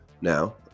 now